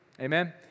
Amen